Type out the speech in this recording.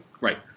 right